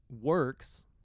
works